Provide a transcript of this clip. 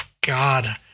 god